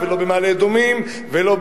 ולא במעלה-אדומים,